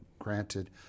Granted